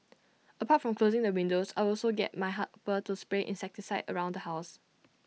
apart from closing the windows I also get my helper to spray insecticide around the house